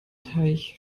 teich